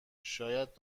شاید